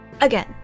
Again